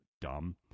dumb